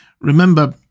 Remember